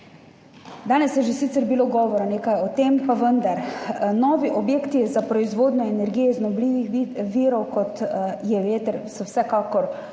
Danes je že sicer bilo nekaj govora o tem, pa vendar. Novi objekti za proizvodnjo energije iz obnovljivih virov, kot je veter, so vsekakor